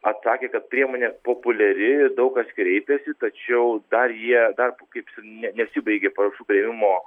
atsakė kad priemonė populiari daug kas kreipėsi tačiau dar jie dar kaip ne nesibaigė paraiškų priėmimo